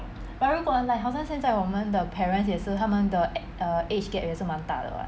but 如果 like 好像现在我们的 parents 也是他们的 err age gap 也是蛮大的 [what]